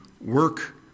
work